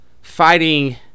fighting